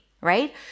right